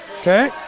okay